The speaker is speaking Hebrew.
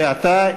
ואתה,